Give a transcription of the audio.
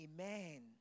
Amen